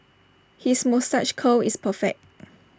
his moustache curl is perfect